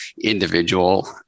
individual